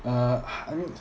uh I mean